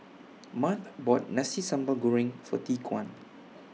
Mart bought Nasi Sambal Goreng For Tyquan